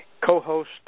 co-host